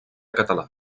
català